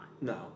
No